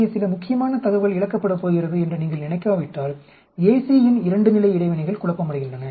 இங்கே சில முக்கியமான தகவல் இழக்கப்படப்போகிறது என்று நீங்கள் நினைக்காவிட்டால் AC இன் 2 நிலை இடைவினைகள் குழப்பமடைகின்றன